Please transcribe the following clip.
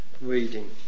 reading